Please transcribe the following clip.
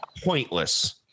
pointless